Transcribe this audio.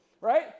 right